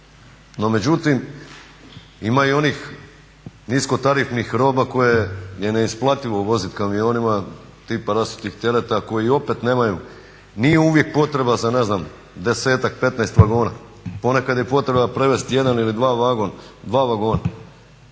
No međutim ima i onih niskotarifnih roba koje je neisplativo voziti kamionima tipa rasutih … koji opet nemaju nije uvijek potreba za 10, 15 vagona. Ponekad je potreba prevesti jedan ili dva vagona.